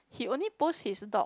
he only post his dog